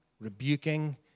rebuking